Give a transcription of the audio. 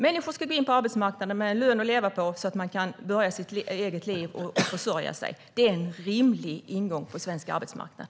Människor ska gå in på arbetsmarknaden med en lön att leva på, så att de kan börja sitt eget liv och försörja sig. Det är en rimlig ingång på svensk arbetsmarknad.